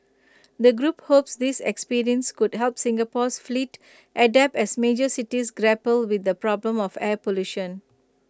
the group hopes this experience could help Singapore's fleet adapt as major cities grapple with the problem of air pollution